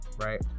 Right